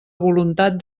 voluntat